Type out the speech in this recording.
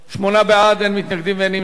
14) (הגדלת מענק השחרור),